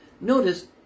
Notice